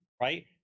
Right